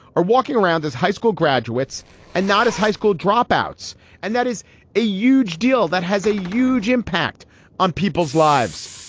are walking around as high school graduates and not as high school dropouts and that is a huge deal that has a huge impact on people's lives,